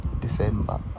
december